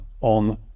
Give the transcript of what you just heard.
on